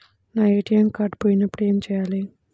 నా ATM card పోయినప్పుడు ఏమి చేయాలి?